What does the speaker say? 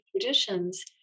traditions